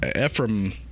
Ephraim